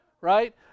Right